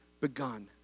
begun